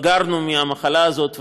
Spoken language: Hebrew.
התבגרנו מהמחלה הזאת,